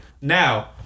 Now